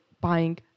buying